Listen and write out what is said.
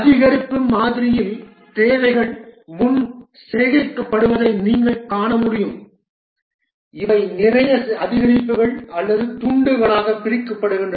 அதிகரிப்பு மாதிரியில் தேவைகள் முன் சேகரிக்கப்படுவதை நீங்கள் காண முடியும் இவை சிறிய அதிகரிப்புகள் அல்லது துண்டுகளாக பிரிக்கப்படுகின்றன